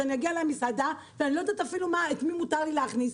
שנגיע למסעדה ואני לא יודעת אפילו את מי מותר להכניס,